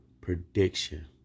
prediction